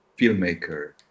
filmmaker